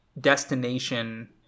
destination